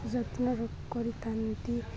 ଯତ୍ନରେ କରିଥାନ୍ତି